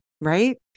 Right